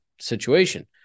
situation